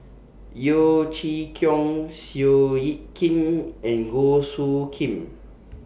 Yeo Chee Kiong Seow Yit Kin and Goh Soo Khim